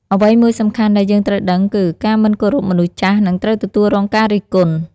អ្វីមួយសំខាន់ដែលយើងត្រូវដឹងគឺ ការមិនគោរពមនុស្សចាស់នឹងត្រូវទទួលរងការរិះគន់។